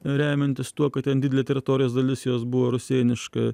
remiantis tuo kad ten didelė teritorijos dalis jos buvo rusėniška